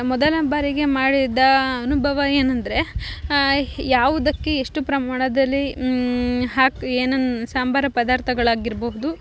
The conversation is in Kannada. ಮೊದಲ ಬಾರಿಗೆ ಮಾಡಿದ್ದ ಅನುಭವ ಏನಂದರೆ ಯಾವುದಕ್ಕೆ ಎಷ್ಟು ಪ್ರಮಾಣದಲ್ಲಿ ಹಾಕಿ ಏನೇನ್ ಸಾಂಬಾರ ಪದಾರ್ಥಗಳಾಗಿರ್ಬಹುದು